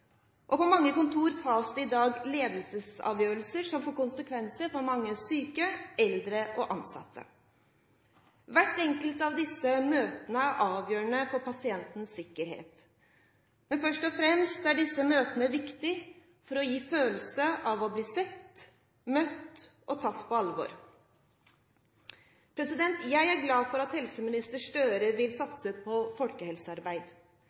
avgjørelser. På mange kontorer tas det i dag ledelsesavgjørelser som får konsekvenser for mange syke, eldre og ansatte. Hvert enkelt av disse møtene er avgjørende for pasientens sikkerhet. Men først og fremst er disse møtene viktige for å gi en følelse av å bli sett, møtt og tatt på alvor. Jeg er glad for at helseminister Gahr Støre vil satse på folkehelsearbeid.